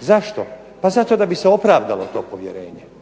Zašto? Pa zato da bi se opravdalo to povjerenje.